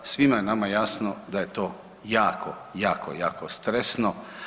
Svima je nama jasno da je to jako, jako, jako stresno.